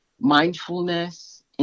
mindfulness